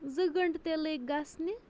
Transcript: زٕ گٲنٛٹہٕ تہِ لٔگۍ گژھنہِ